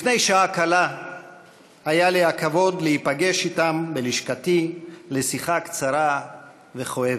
לפני שעה קלה היה לי הכבוד להיפגש איתם בלשכתי לשיחה קצרה וכואבת.